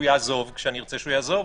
שיעזוב כשנרצה שיעזוב,